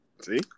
See